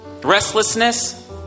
restlessness